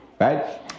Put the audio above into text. right